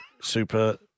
Super